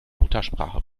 muttersprache